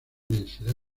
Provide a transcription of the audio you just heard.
densidad